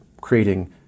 creating